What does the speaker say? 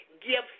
gifts